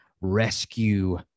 Rescue